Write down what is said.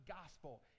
gospel